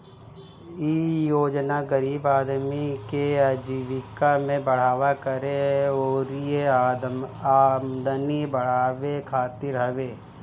इ योजना गरीब आदमी के आजीविका में बढ़ावा करे अउरी आमदनी बढ़ावे खातिर हवे